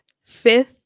fifth